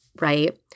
right